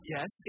Yes